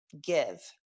give